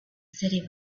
city